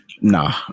nah